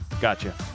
Gotcha